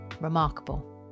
remarkable